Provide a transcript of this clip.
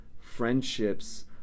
Friendships